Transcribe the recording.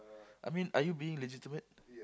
I mean are you being legitimate